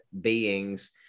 beings